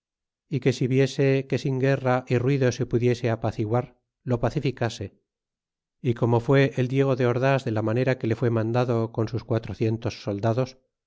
ti que si viese que sin guerra y ruido se pudiese apaciguar lo pacificase y como fue el diego de ordas de la manera que le fué mandado con sus quatrocientos soldados